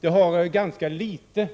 Detta har ganska litet